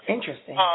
Interesting